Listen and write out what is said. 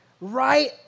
right